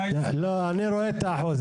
אני רואה את האחוז,